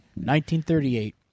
1938